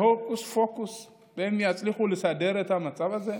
שהוקוס-פוקוס והם יצליחו לסדר את המצב הזה,